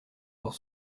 pour